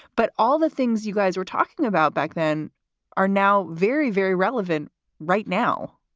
but all the things you guys were talking about back then are now very, very relevant right now